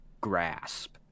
grasp